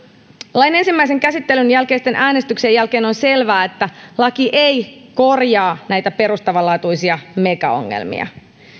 lain ensimmäisen käsittelyn jälkeisten äänestyksien jälkeen on selvää että laki ei korjaa näitä perustavanlaatuisia megaongelmia